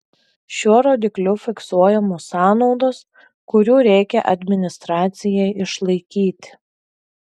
šiuo rodikliu fiksuojamos sąnaudos kurių reikia administracijai išlaikyti